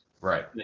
Right